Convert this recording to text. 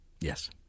Yes